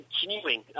continuing